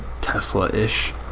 Tesla-ish